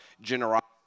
generosity